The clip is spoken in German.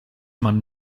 man